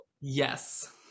Yes